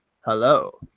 hello